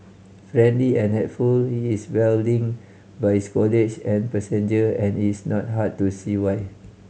friendly and helpful he is welling by his colleague and passenger and is not hard to see why